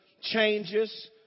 changes